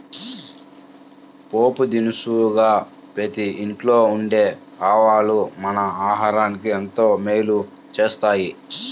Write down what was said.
పోపు దినుసుగా ప్రతి ఇంట్లో ఉండే ఆవాలు మన ఆరోగ్యానికి ఎంతో మేలు చేస్తాయి